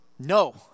No